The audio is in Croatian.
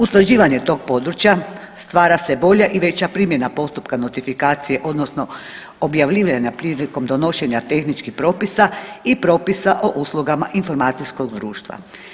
Utvrđivanje tog područja stvara se bolja i veća primjena postupka notifikacije odnosno objavljivanja prilikom donošenja tehničkih propisa i propisa o uslugama informacijskog društva.